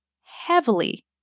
heavily